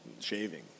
Shaving